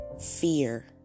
fear